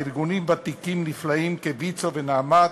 בארגונים ותיקים נפלאים כוויצו ו"נעמת",